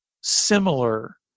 similar